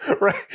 right